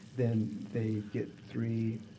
then they get three,